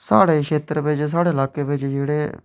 साढ़े क्षेत्र बिच साढ़े इलाके बिच